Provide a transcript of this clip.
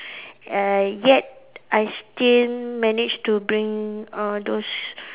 uh yet I still managed to bring all those